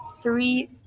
three